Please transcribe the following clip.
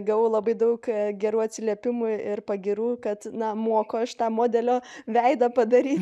gavau labai daug gerų atsiliepimų ir pagyrų kad na moku aš tą modelio veidą padaryti